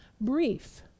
brief